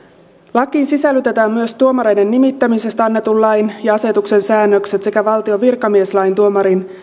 lakiin sisällytetään myös tuomareiden nimittämisestä annetun lain ja asetuksen säännökset sekä valtion virkamieslain tuomarin